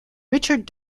richard